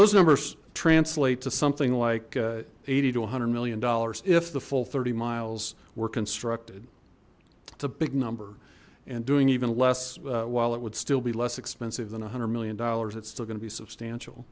those numbers translate to something like eighty to one hundred million dollars if the full thirty miles were constructed it's a big number and doing even less while it would still be less expensive than one hundred million dollars it's still going to be substantial